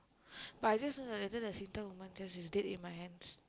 but I just want to later the Singtel woman is she's dead in my hands